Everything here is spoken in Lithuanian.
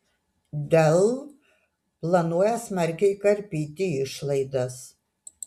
dell planuoja smarkiai karpyti išlaidas